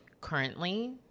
currently